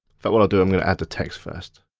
but what i'll do, i'm gonna add the text first.